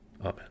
Amen